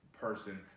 person